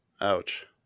Ouch